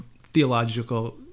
theological